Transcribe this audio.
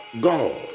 God